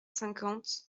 cinquante